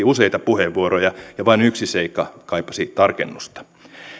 useita puheenvuoroja ja vain yksi seikka kaipasi tarkennusta